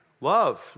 Love